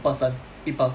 person people